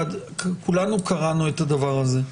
כולנו קראנו את הדבר הזה.